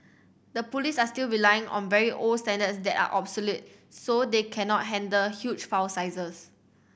the police are still relying on very old standards that are obsolete so they cannot handle huge file sizes